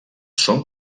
són